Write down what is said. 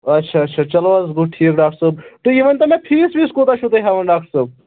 اچھا اچھا چلو حظ گوٚو ٹھیٖک ڈاکٹَر صٲب تُہۍ ؤنۍ تو مےٚ فیٖس ویٖس کوٗتاہ چھُ تُہۍ ہٮ۪وان ڈاکٹَر صٲب